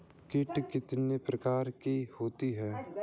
कीट कितने प्रकार के होते हैं?